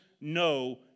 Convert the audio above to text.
no